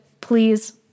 Please